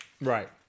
Right